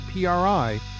PRI